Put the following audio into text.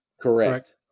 Correct